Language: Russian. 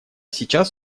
сейчас